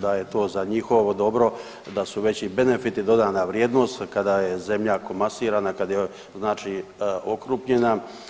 da je to za njihovo dobro, da su veći benefiti, dodana vrijednost kada je zemlja komasirana, kad je znači okrupnjena.